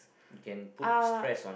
uh